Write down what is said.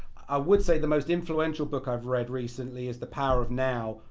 i would say the most influential book i've read recently is the power of now.